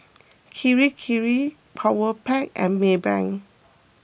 Kirei Kirei Powerpac and Maybank